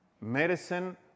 medicine